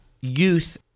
youth